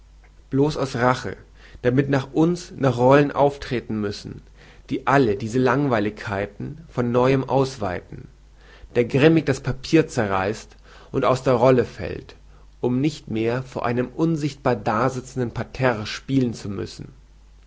blos aus rache damit nach uns noch rollen auftreten müssen die alle diese langweiligkeiten von neuem ausweiten bis auf einen lezten schauspieler der grimmig das papier zerreißt und aus der rolle fällt um nicht mehr vor einem unsichtbar dasizenden parterre spielen zu müssen